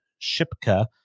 shipka